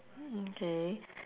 mm K